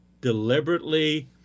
deliberately